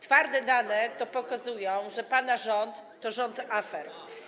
Twarde dane pokazują, że pana rząd to rząd afer.